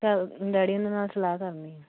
ਘਰ ਡੈਡੀ ਹੋਣਾ ਨਾਲ ਸਲਾਹ ਕਰਨੀ ਆ